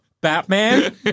Batman